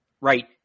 right